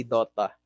Dota